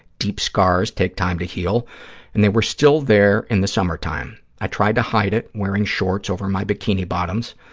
deep scars take time to heal and they were still there in the summertime. i tried to hide it, wearing shorts over my bikini bottoms.